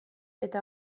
eta